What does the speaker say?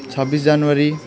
छब्बिस जनवरी